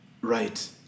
Right